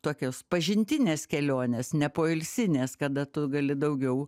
tokios pažintinės kelionės nepoilsinės kada tu gali daugiau